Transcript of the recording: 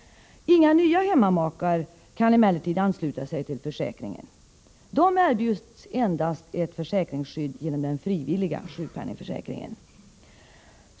Inga nya hemmamakar kan emellertid ansluta sig till försäkringen. De erbjuds endast ett försäkringsskydd genom den frivilliga sjukpenningförsäkringen.